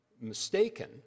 mistaken